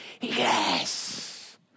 yes